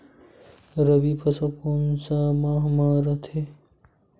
रबी फसल कोन सा माह म रथे?